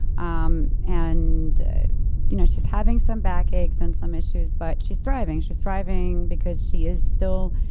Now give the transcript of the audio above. um and you know she's having some backaches and some issues, but she's thriving. she's thriving because she is still.